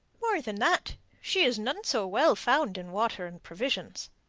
more than that, she is none so well found in water and provisions.